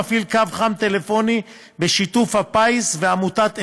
הוא מפעיל קו חם טלפוני בשיתוף הפיס ועמותת "אפשר".